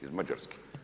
Iz Mađarske.